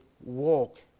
walk